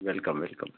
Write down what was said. welcome welcome